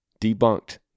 debunked